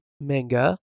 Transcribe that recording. manga